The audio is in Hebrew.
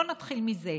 בואו נתחיל מזה.